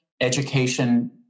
education